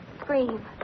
scream